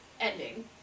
ending